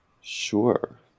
Sure